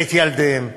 ואת ילדיהם,